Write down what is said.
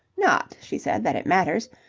not, she said, that it matters.